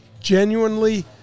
genuinely